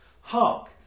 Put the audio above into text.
Hark